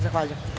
Zahvaljujem.